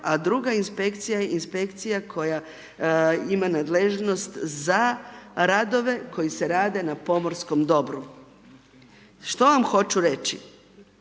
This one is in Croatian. a druga Inspekcija je Inspekcija koja ima nadležnost za radove koji se rade na pomorskom dobru. Što vam hoću reći?